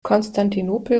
konstantinopel